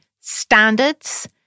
standards